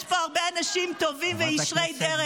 יש פה הרבה אנשים טובים וישרי דרך.